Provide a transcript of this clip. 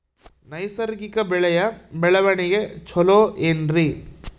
ನೈಸರ್ಗಿಕ ಬೆಳೆಯ ಬೆಳವಣಿಗೆ ಚೊಲೊ ಏನ್ರಿ?